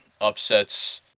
upsets